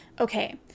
Okay